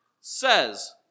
says